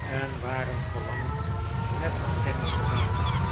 en waren verlangend met haar kennis te maken